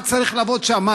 מה צריך לעבוד שם?